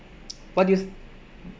what do you s~